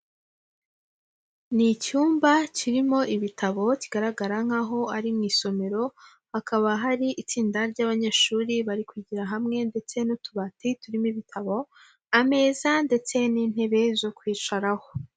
Ni icyumba kirimo ibitabo kigaragara nk'aho ari mu isomero, hakaba hari itsinda ry'abanyeshuri bari kwigira hamwe ndetse n'utubati turimo ibitabo, ameza ndetse n'intebe zo kwicaraho.